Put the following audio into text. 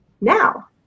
Now